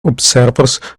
observers